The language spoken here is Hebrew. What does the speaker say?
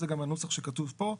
זה גם בנוסח שכתוב פה,